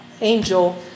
angel